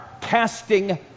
casting